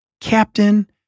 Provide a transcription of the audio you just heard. captain